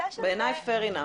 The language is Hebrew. בעיניי מספיק הגון.